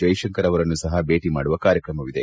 ಜ್ವೆಶಂಕರ್ ಅವರನ್ನೂ ಸಹ ಭೇಟಿ ಮಾಡುವ ಕಾರ್ಯಕ್ರಮವಿದೆ